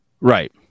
Right